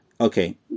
okay